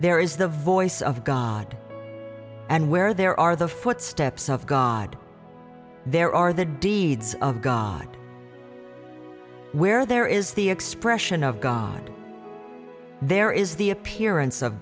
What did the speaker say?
there is the voice of god and where there are the footsteps of god there are the deeds of god where there is the expression of god there is the appearance of